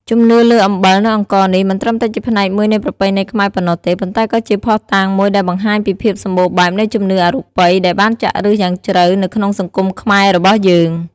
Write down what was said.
ជំនឿលើអំបិល និងអង្ករនេះ មិនត្រឹមតែជាផ្នែកមួយនៃប្រពៃណីខ្មែរប៉ុណ្ណោះទេ ប៉ុន្តែក៏ជាភស្តុតាងមួយដែលបង្ហាញពីភាពសម្បូរបែបនៃជំនឿអរូបិយដែលបានចាក់ឫសយ៉ាងជ្រៅនៅក្នុងសង្គមខ្មែររបស់យើង។